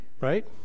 right